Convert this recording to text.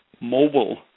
mobile